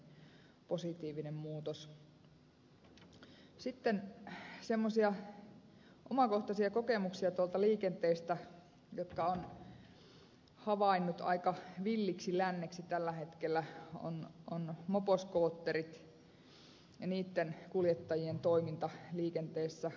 sitten semmoisia omakohtaisia kokemuksia liikenteestä jonka olen havainnut aika villiksi länneksi tällä hetkellä ovat moposkootterit ja niitten kuljettajien toiminta liikenteessä